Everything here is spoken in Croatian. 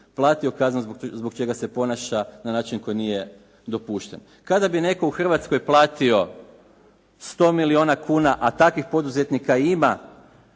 platio kaznu zbog čega se ponaša na način koji nije dopušten. Kada bi netko u Hrvatskoj platio 100 milijuna kuna, a takvih poduzetnika ima